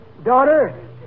Daughter